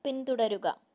പിന്തുടരുക